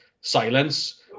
silence